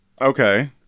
Okay